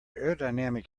aerodynamic